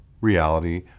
reality